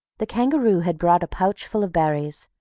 the kangaroo had brought a pouch full of berries,